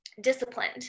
disciplined